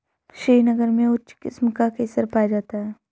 श्रीनगर में उच्च किस्म का केसर पाया जाता है